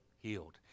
Healed